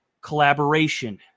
collaboration